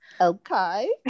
okay